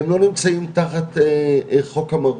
הם לא נמצאים תחת חוק המרות.